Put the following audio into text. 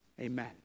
Amen